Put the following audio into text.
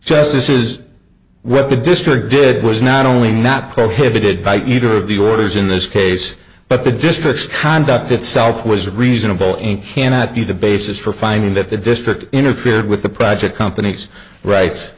this is what the district did was not only not prohibited by either of the orders in this case but the districts conduct itself was reasonable and cannot be the basis for finding that the district interfered with the project company's right